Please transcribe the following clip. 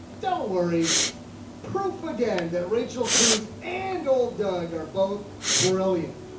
don't worry proof again, that rachel cruze and old doug are both brilliant.